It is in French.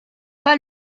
pas